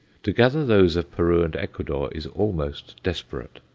to gather those of peru and ecuador is almost desperate.